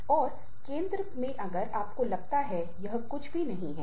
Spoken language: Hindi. पारिवारिक संघर्ष के ठीक विपरीत कार्य संतुलन है